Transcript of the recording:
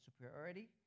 superiority